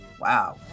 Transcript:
Wow